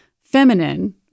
feminine